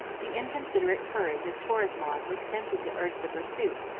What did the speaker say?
the inconsiderate courage of torismond was tempted to urge the pursuit,